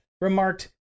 remarked